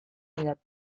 didate